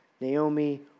Naomi